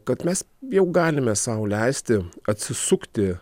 kad mes jau galime sau leisti atsisukti